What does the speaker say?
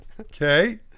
Okay